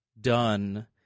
done